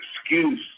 excuse